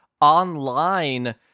online